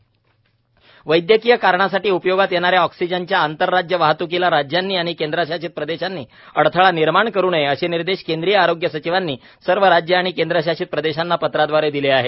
oxygen वाहत्क वैदयकीय कारणांसाठी उपयोगात येणाऱ्या ऑक्सीजनच्या आंतरराज्य वाहत्कीला राज्यांनी आणि केंद्रशासित प्रदेशांनी अडथळा निर्माण करू नये असे निर्देश केंद्रीय आरोग्य सचिवांनी सर्व राज्य आणि केद्रशासित प्रदेशांना पत्राद्वारे दिले आहेत